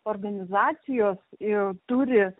organizacijos turi